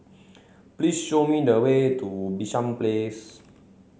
please show me the way to Bishan Place